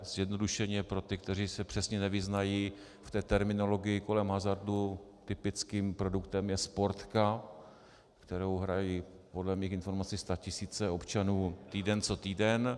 Zjednodušeně pro ty, kteří se přesně nevyznají v té terminologii kolem hazardu, typickým produktem je sportka, kterou hrají podle mých informací statisíce občanů týden co týden.